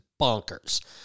bonkers